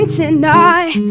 tonight